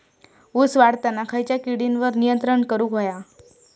ऊस वाढताना खयच्या किडींवर नियंत्रण करुक व्हया?